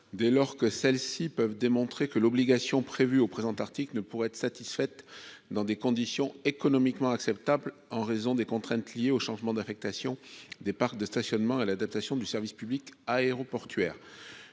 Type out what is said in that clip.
dès lors que celles-ci peuvent démontrer que l'obligation prévues au présent article ne pourraient être satisfaites dans des conditions économiquement acceptables en raison des contraintes liées aux changements d'affectation des parcs de stationnement et l'adaptation du service public aéroportuaires,